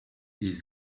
his